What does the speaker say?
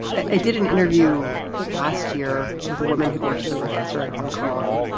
i did an interview last year with a woman who'd worked as a professor in hong kong,